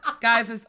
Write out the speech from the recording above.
Guys